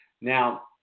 Now